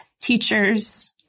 teachers